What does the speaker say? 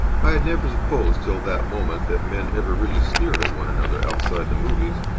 i had never supposed till that moment that men ever really sneered at one another outside the movies,